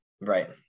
right